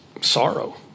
sorrow